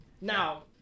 now